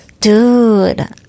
Dude